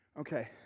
Okay